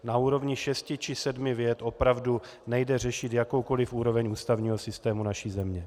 Na úrovni šesti či sedmi vět opravdu nejde řešit jakoukoliv úroveň ústavního systému naší země.